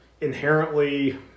inherently